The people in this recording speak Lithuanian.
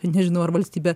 nežinau ar valstybė